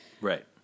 Right